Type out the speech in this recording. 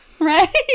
Right